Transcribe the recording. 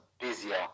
busier